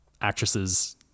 actresses